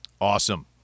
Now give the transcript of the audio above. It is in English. Awesome